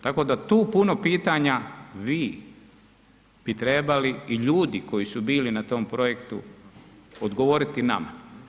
Tako da tu puno pitanja vi bi trebali i ljudi koji su bili na tom projektu, odgovoriti nama.